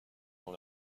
dans